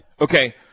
Okay